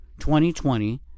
2020